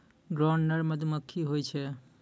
drone नर मधुमक्खी होय छै